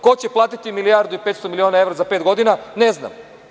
Ko će platiti milijardu i 500 miliona evra za pet godina, ne znam.